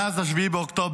מאז 7 באוקטובר,